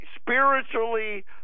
Spiritually